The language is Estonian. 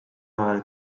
ajal